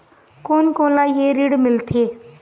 कोन कोन ला ये ऋण मिलथे?